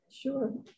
sure